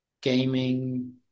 gaming